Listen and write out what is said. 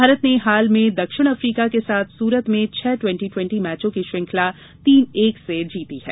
भारत ने हाल में दक्षिण अफ्रीका के साथ सूरत में छह टवेंटी टवेंटी मैचों की श्रंखला तीन एक से जीती है